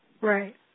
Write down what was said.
Right